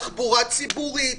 תחבורה ציבורית,